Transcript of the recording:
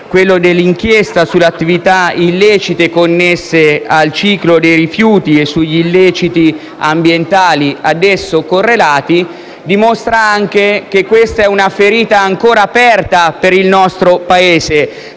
quello dell'inchiesta sulle attività illecite connesse al ciclo dei rifiuti e sugli illeciti ambientali ad esso correlati, dall'altro, dimostra anche che questa è una ferita ancora aperta per il nostro Paese.